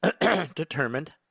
determined